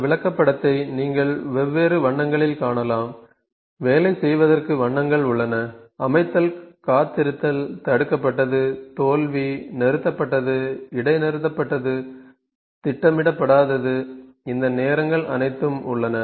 இந்த விளக்கப்படத்தை நீங்கள் வெவ்வேறு வண்ணங்களில் காணலாம் வேலை செய்வதற்கு வண்ணங்கள் உள்ளன அமைத்தல் காத்திருத்தல் தடுக்கப்பட்டது தோல்வி நிறுத்தப்பட்டது இடைநிறுத்தப்பட்டது திட்டமிடப்படாதது இந்த நேரங்கள் அனைத்தும் உள்ளன